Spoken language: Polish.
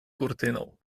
kurtyną